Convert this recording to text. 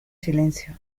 silencio